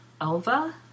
Elva